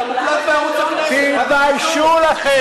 אתה מוקלט בערוץ הכנסת, תתביישו לכם.